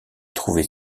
trouver